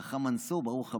חכם מנסור, ברוך הבא.